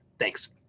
Thanks